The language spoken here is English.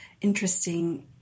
interesting